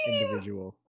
individual